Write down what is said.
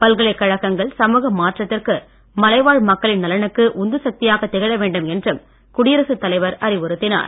பல்கலைக்கழகங்கள் சமூக மாற்றத்திற்கு மலைவாழ் மக்களின் நலனுக்கு உந்துசக்தியாகத் திகழ வேண்டும் என்றும் குடியரசுத் தலைவர் அறிவுறுத்தினார்